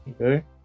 Okay